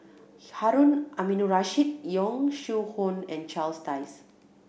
Harun Aminurrashid Yong Shu Hoong and Charles Dyce